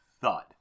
thud